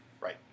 right